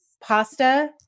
Pasta